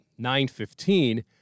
9.15